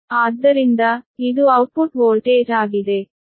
ಆದ್ದರಿಂದ ಇದು output voltage ಆಗಿದೆ